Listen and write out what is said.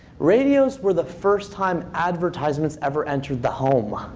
radios were the first time advertisements ever entered the home.